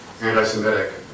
anti-Semitic